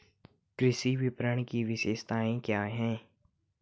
कृषि विपणन की विशेषताएं क्या हैं?